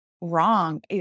wrong